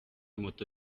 moto